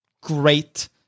great